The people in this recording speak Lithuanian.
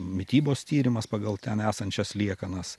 mitybos tyrimas pagal ten esančias liekanas